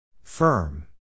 Firm